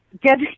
get